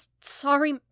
sorry